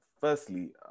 firstly